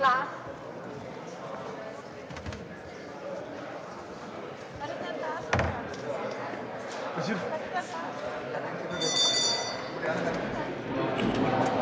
Tak